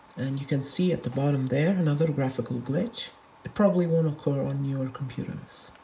and you can see at the bottom there, another graphical glitch. it probably won't occur on newer computers.